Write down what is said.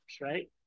right